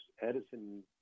Edison